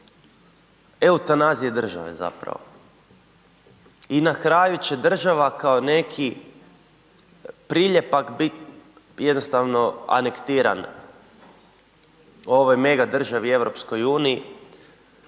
eutanazije države zapravo. I na kraju će država kao neki priljepak bit jednostavno anektiran u ovoj mega državi EU kojoj